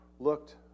looked